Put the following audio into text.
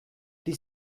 die